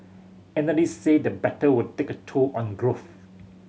analysts say the battle will take a toll on growth